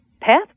path